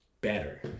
better